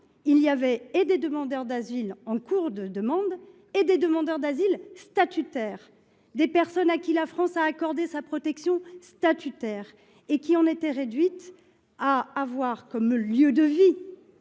la fois des demandeurs d’asile en cours de demande et des demandeurs d’asile statutaires, c’est à dire des personnes à qui la France a accordé sa protection statutaire. Elles en étaient réduites à avoir comme lieu de vie